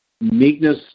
meekness